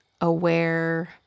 aware